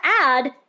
add